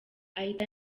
ahita